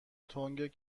تنگ